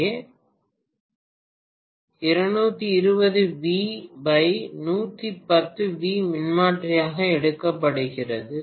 2 kVA 220V 110V மின்மாற்றியாக எடுக்கப்படுகிறது